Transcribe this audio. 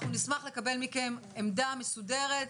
אנחנו נשמח לקבל מכם עמדה מסודרת,